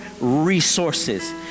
resources